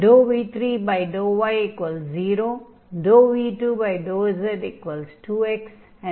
v3∂y0 v2∂z2x என்பதால் i component 2 x ஆகும்